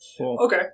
okay